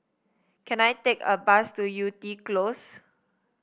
can I take a bus to Yew Tee Close